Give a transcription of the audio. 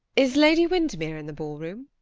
is lady windermere in the ball-room?